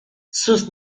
sus